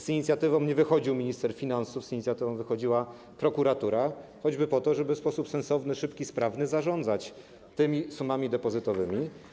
Z inicjatywą nie wyszedł minister finansów, z inicjatywą wyszła prokuratura choćby po to, żeby w sposób sensowny, szybki, sprawny zarządzać tymi sumami depozytowymi.